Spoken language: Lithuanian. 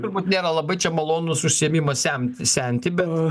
turbūt nėra labai čia malonus užsiėmimas semt senti bet